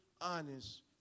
honest